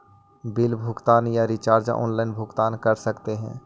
Bill भुगतान या recharge online भुगतान कर सकते हैं?